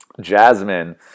Jasmine